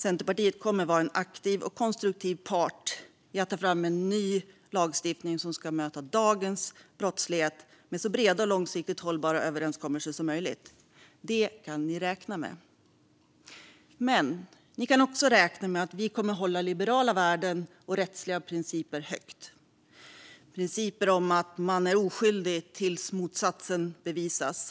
Centerpartiet kommer vara en aktiv och konstruktiv part i att ta fram ny lagstiftning som ska möta dagens brottslighet med så breda och långsiktigt hållbara överenskommelser som möjligt. Det kan ni räkna med. Men ni kan också räkna med att vi kommer hålla liberala värden och rättsliga principer högt. Det är principer om att man är oskyldig tills motsatsen bevisas.